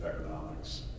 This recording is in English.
economics